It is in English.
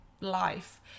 life